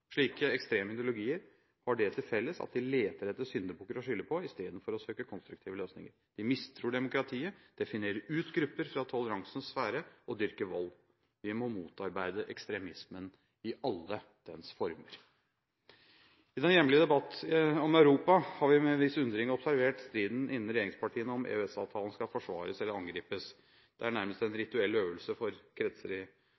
Slike ekstreme ideologier har det til felles at de leter etter syndebukker å skylde på i stedet for å søke konstruktive løsninger. De mistror demokratiet, definerer ut grupper fra toleransens sfære og dyrker vold. Vi må motarbeide ekstremismen i alle dens former. I den hjemlige debatt om Europa har vi med en viss undring observert striden innen regjeringspartiene om EØS-avtalen skal forsvares eller angripes. Det er nærmest en